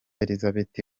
elizabeth